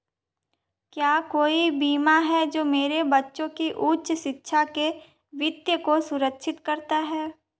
क्या कोई बीमा है जो मेरे बच्चों की उच्च शिक्षा के वित्त को सुरक्षित करता है?